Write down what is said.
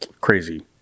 crazy